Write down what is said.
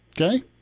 Okay